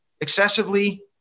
excessively